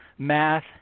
Math